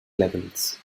levels